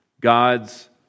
God's